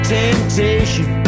temptation